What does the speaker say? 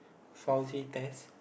Fousey test